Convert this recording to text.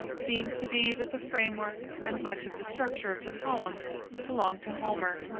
seems to be that the framework and much of the structure of the poems belong to homer,